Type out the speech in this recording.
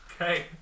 Okay